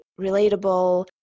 relatable